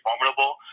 formidable